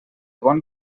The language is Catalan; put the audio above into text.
bon